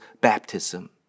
baptism